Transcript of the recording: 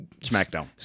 Smackdown